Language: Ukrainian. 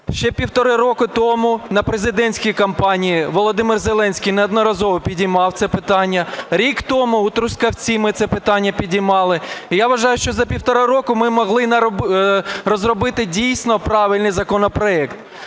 Ще півтора року тому на президентській компанії, Володимир Зеленський неодноразово піднімав це питання. Рік тому у Трускавці ми це питання підіймали. І я вважаю, що півтора року ми могли розробити дійсно правильний законопроект.